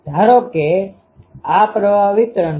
ધારો કે કે આ પ્રવાહ વિતરણ છે